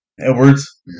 Edwards